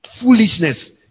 Foolishness